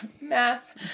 Math